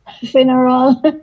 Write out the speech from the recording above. funeral